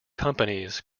companies